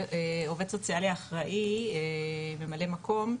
העו"ס האחראי, ממלא מקום,